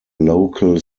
local